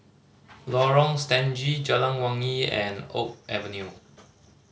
Lorong Stangee Jalan Wangi and Oak Avenue